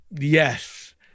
Yes